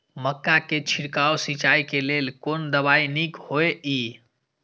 मक्का के छिड़काव सिंचाई के लेल कोन दवाई नीक होय इय?